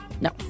No